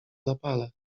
zapale